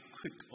quick